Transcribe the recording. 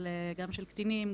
גם של קטינים,